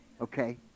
okay